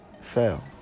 fail